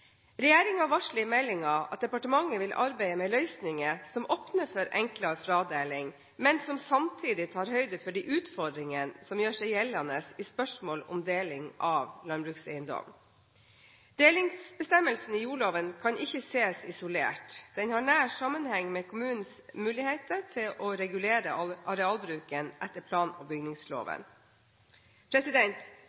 varsler i meldingen at departementet vil arbeide med løsninger som åpner for enklere fradeling, men som samtidig tar høyde for de utfordringer som gjør seg gjeldende i spørsmål om deling av landbrukseiendom. Delingsbestemmelsen i jordloven kan ikke ses isolert, den har nær sammenheng med kommunens muligheter til å regulere arealbruken etter plan- og